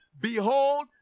Behold